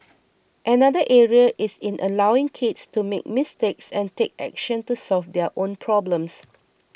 another area is in allowing kids to make mistakes and take action to solve their own problems